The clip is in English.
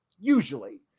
usually